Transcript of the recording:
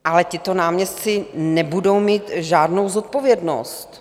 Ale tito náměstci nebudou mít žádnou zodpovědnost.